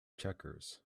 checkers